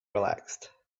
relaxed